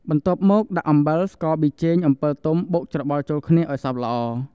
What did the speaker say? បន្ទាប់មកដាក់ អំបិល ស្ករ ប៊ីចេង អំពិលទុំ បុកច្របល់ចូលគ្នាឲ្យសព្វល្អ ។